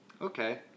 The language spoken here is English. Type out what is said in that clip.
okay